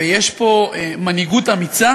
ויש פה מנהיגות אמיצה